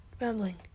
rambling